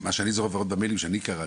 מה שאני זוכר לפחות באימיילים שאני קראתי,